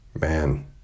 man